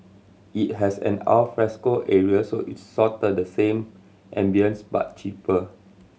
it has an alfresco area so it's sorta the same ambience but cheaper